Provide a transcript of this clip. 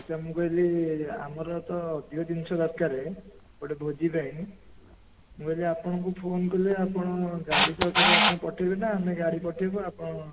ଆଚ୍ଛା ମୁଁ କହିଲି ଆମର ତ ଅଧିକ ଜିନିଷ ଦରକାର ଗୋଟେ ଭୋଜି ପାଇଁ ମୁଁ କହିଲି ଆପଣଙ୍କୁ ଫୋନ୍ କଲେ ଆପଣ ଗାଡି ସହକାରେ ଆପଣ ପଠାଇବେ ନା ଆମେ ଗାଡି ପଠାଇବୁ ଆପଣ